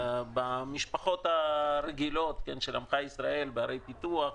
במשפחות הרגילות של עמך ישראל בערי פיתוח,